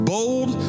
Bold